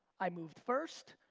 i moved first,